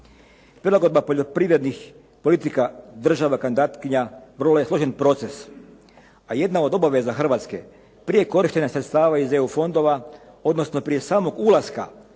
Prilagodba poljoprivrednih politika država kandidatkinja vrlo je složen proces a jedna od obaveza Hrvatske prije korištenja sredstava iz EU fondova odnosno prije samog ulaska